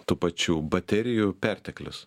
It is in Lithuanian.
tų pačių baterijų perteklius